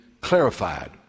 clarified